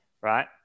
Right